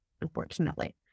unfortunately